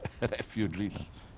refugees